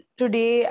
today